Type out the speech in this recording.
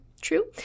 true